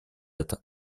это